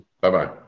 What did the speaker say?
Bye-bye